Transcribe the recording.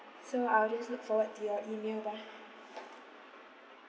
so I will just look forward to your email lah